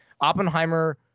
Oppenheimer